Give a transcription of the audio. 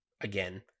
again